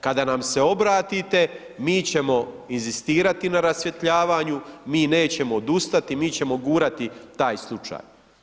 Kada nam se obratite, mi ćemo inzistirati na rasvjetljavanju, mi nećemo odustati, mi ćemo gurati taj slučaj.